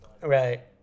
Right